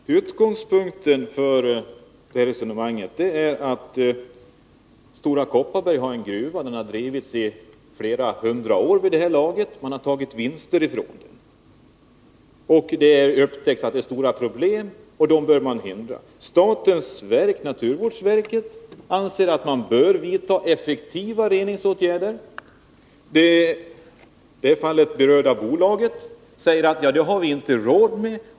Herr talman! Utgångspunkten för mitt resonemang är följande. Stora Kopparberg har en gruva. Den har drivits i flera hundra år vid det här laget, och man har tagit hem vinster ifrån den. Det upptäcks då att det finns stora problem som man bör åtgärda. Statens verk, naturvårdsverket, anser att man bör vidta effektiva reningsåtgärder. Det berörda bolaget säger: Det har vi inte råd med.